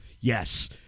Yes